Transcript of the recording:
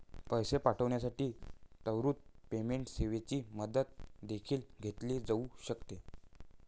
पैसे पाठविण्यासाठी त्वरित पेमेंट सेवेची मदत देखील घेतली जाऊ शकते